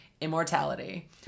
immortality